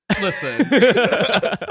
Listen